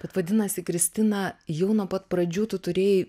bet vadinasi kristina jau nuo pat pradžių tu turėjai